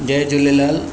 Jay Jhulelal